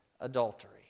adultery